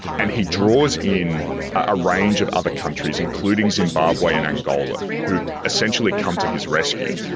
and he draws in a range of other countries, including zimbabwe and angola who essentially come to his rescue.